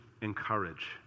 encourage